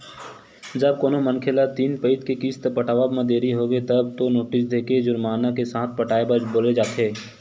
जब कोनो मनखे ल तीन पइत के किस्त पटावब म देरी होगे तब तो नोटिस देके जुरमाना के साथ पटाए बर बोले जाथे